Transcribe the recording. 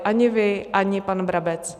Ani vy, ani pan Brabec.